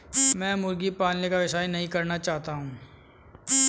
मैं मुर्गी पालन का व्यवसाय नहीं करना चाहता हूँ